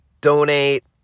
donate